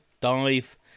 dive